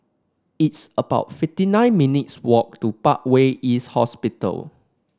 it's about fifty nine minutes' walk to Parkway East Hospital